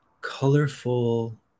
colorful